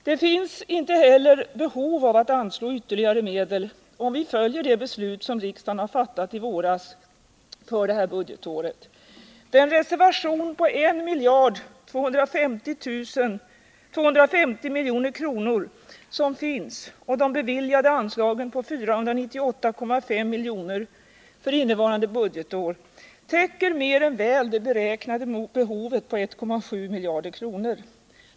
Det finns inte heller behov av att anslå ytterligare medel om vi följer det beslut som riksdagen har fattat i våras för det här budgetåret. Den reservation på 1250 milj.kr. som finns och de beviljade anslagen på 498,5 milj.kr. för innevarande budgetår täcker mer än väl det beräknade behovet på 1,7 miljarder.